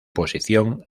posición